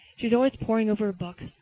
she's always poring over a book.